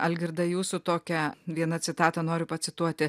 algirdai jūsų tokią vieną citatą noriu pacituoti